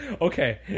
Okay